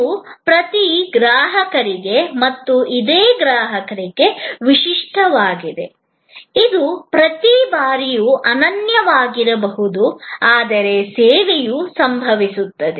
ಇದು ಪ್ರತಿ ಗ್ರಾಹಕರಿಗೆ ಮತ್ತು ಒಂದೇ ಗ್ರಾಹಕರಿಗೆ ವಿಶಿಷ್ಟವಾಗಿದೆ ಇದು ಪ್ರತಿ ಬಾರಿಯೂ ಅನನ್ಯವಾಗಿರಬಹುದು ಆದರೆ ಸೇವೆಯು ಸಂಭವಿಸುತ್ತದೆ